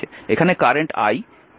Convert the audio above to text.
এখানে current i